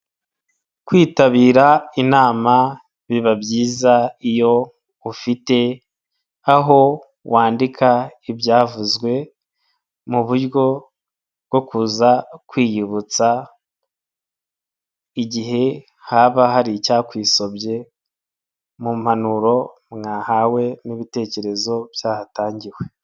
Kwitabira inama biba byiza iyo ufite aho wandika ibyavuzwe mu buryo bwo kuza kwiyibutsa igihe haba hari icyakwisobye mu mpanuro mwahawe n'ibitekerezo byahatangiwe.